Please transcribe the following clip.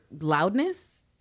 loudness